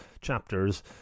chapters